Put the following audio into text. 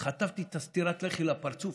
חטפתי את סטירת הלחי הכי גדולה לפרצוף.